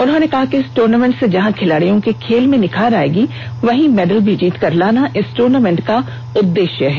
उन्होंने बताया कहा कि इस ट्रनामेंट से जहा खिलाड़ियों के खेल में निखार आएगी वही मेडल भी जीतकर लाना इस दूनमिंट का उद्देश्य है